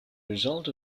result